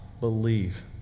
believe